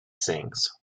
sings